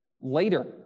later